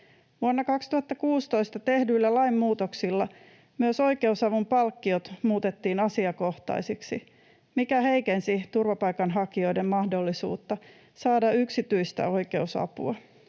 Vuonna 2016 tehdyillä lainmuutoksilla myös muutettiin oikeusavun palkkiot asiakohtaisiksi, mikä heikensi turvapaikanhakijoiden mahdollisuutta saada yksityistä oikeusapua.